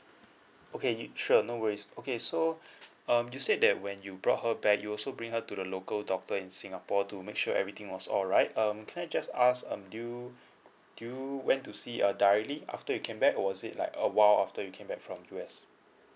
okay sure no worries okay so um you said that when you brought her back you also bring her to the local doctor in singapore to make sure everything was all right um can I just ask um do you do you went to see err directly after you came back was it like a while after you came back from the west